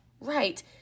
right